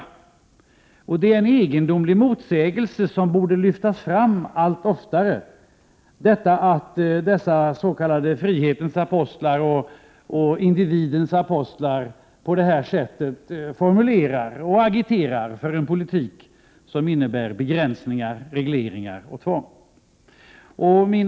Det är en egendomlig motsägelse, som borde lyftas fram allt oftare, att dessa frihetens och individens apostlar på det här sättet formulerar och agiterar för en politik som innebär begränsningar, regleringar och tvång.